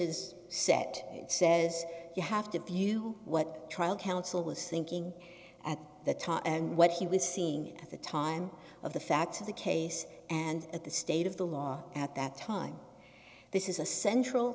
is set it says you have to view what trial counsel was thinking at the time and what he was seeing at the time of the facts of the case and at the state of the law at that time this is a central